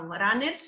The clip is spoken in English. runners